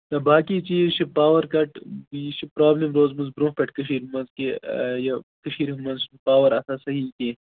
تہٕ باقٕے چیٖز چھِ پاور کَٹ یہِ چھِ پرٛابلِم روٗزمٕژ برٛونٛہہ پٮ۪ٹھٕ کٔشیٖرِ منٛز کہِ یہِ کٔشیٖرٕ منٛز پاور آسان صحیح کیٚنٛہہ